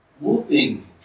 whooping